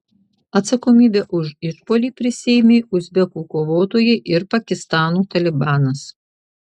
atsakomybę už išpuolį prisiėmė uzbekų kovotojai ir pakistano talibanas